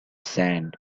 sand